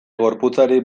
gorputzari